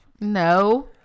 No